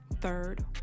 third